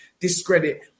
discredit